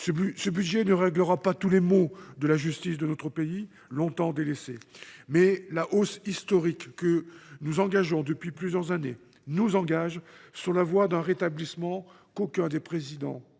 ce budget ne réglera pas tous les maux de la justice de notre pays, longtemps délaissée. Toutefois, l’effort historique que nous avons entamé depuis plusieurs années nous lance sur la voie d’un rétablissement qu’aucun des précédents